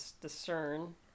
discern